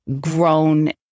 grown